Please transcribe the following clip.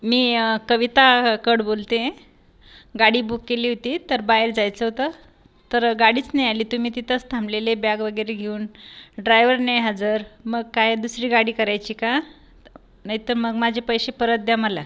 मी कविता हकड बोलतेए गाडी बुक केली ओती तर बाएर जायचं ओतं तर गाडीच नाई आली तं मी तितच थांबलेले बॅग वगेरे घेऊन ड्रायवर नाई हजर मग काय दुसरी गाडी करायची का नाई तं मग माजे पैशे परत द्या मला